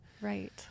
right